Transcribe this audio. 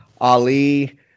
Ali